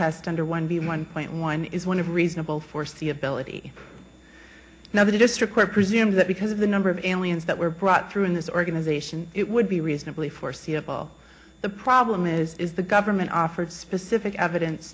test under one b one point one is one of reasonable foreseeability now the district where presumed that because of the number of allianz that were brought through in this organization it would be reasonably foreseeable the problem is the government offered specific evidence